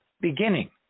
beginning